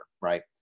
right